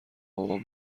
بابام